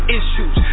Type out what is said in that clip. issues